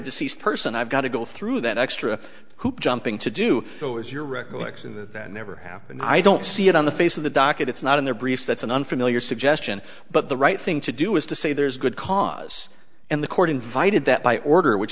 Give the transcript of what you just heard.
deceased person i've got to go through that extra hoop jumping to do so as your recollection that that never happened i don't see it on the face of the docket it's not in their briefs that's an unfamiliar suggestion but the right thing to do is to say there's good cause and the court invited that by order which